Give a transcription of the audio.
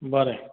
बरें